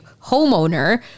homeowner